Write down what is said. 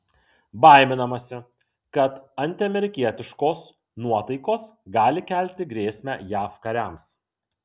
baiminamasi kad antiamerikietiškos nuotaikos gali kelti grėsmę jav kariams